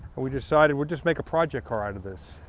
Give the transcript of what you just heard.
we decided we'll just make a project car out of this.